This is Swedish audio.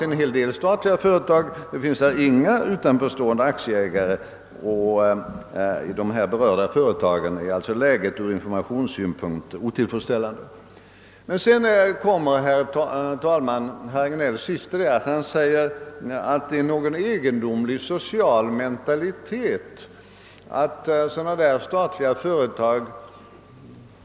i en hel del statliga företag inga utanförstående aktieägare, och även i de nyss berörda företagen är läget ur informationssynpunkt föga tillfredsställande, i den mån aktieägandet ses som garanti. Vidare sade herr Hagnell att det förekommer en egendomlig social mentalitet beträffande statliga företag.